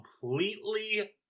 completely